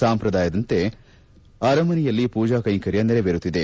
ಸಂಪ್ರದಾಯದಂತೆ ಅರಮನೆಯಲ್ಲಿ ಪೂಜಾಕ್ಟೆಂಕರ್ಯ ನೆರವೇರುತ್ತಿದೆ